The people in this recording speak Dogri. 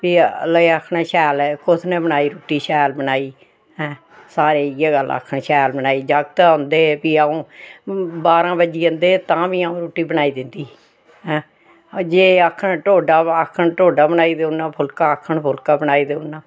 जेहके होर बी जेहके असें जेहकी जियां साढ़े कैलरीज़ जेहकी साढ़ी असें कैलरीज असें एनर्जी लाई दी ऐ ओह् बी एह् जेहकी वाचेस हैन जेहकी घड़ियां न एह् असेंगी सनाऊ उड़दियां न इंदे बिच ऐसे सेंसरग्गे दे होंदे न जेह्दी वजह नै एह् जेहकी